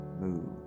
move